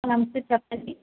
నమస్తే చెప్పండి